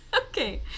Okay